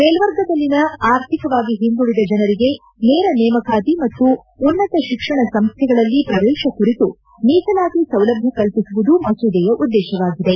ಮೇಲ್ನರ್ಗದಲ್ಲಿನ ಆರ್ಥಿಕವಾಗಿ ಹಿಂದುಳಿದ ಜನರಿಗೆ ನೇರ ನೇಮಕಾತಿ ಮತ್ತು ಉನ್ನತ ಶಿಕ್ಷಣ ಸಂಸ್ಲೆಗಳಲ್ಲಿ ಶ್ರವೇಶ ಕುರಿತು ಮೀಸಲಾತಿ ಸೌಲಭ್ಯ ಕಲ್ಪಿಸುವುದು ಮಸೂದೆಯ ಉದ್ದೇಶವಾಗಿದೆ